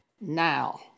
now